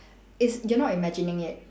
is you're not imagining it